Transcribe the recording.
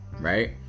right